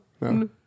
No